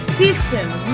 systems